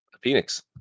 Phoenix